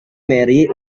mary